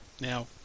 Now